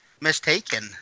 Mistaken